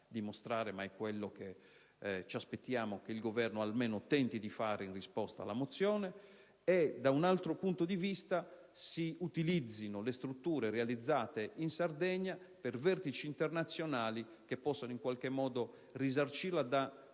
dimostrare, ma è quello che ci aspettiamo che il Governo almeno tenti di fare, in risposta alla mozione. Sempre con la mozione, chiediamo che si utilizzino le strutture realizzate in Sardegna per vertici internazionali, che possano in qualche modo "risarcire" la